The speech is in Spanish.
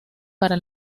para